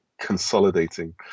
consolidating